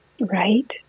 Right